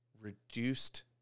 reduced